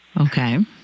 Okay